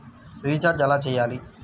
Recharge ఎలా చెయ్యాలి?